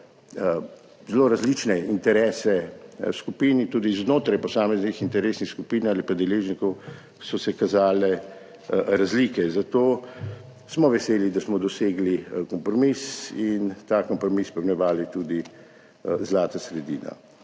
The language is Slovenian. zelo različne interese skupin, tudi znotraj posameznih interesnih skupin ali pa deležnikov so se kazale razlike, zato smo veseli, da smo dosegli kompromis in ta kompromis smo poimenovali tudi zlata sredina.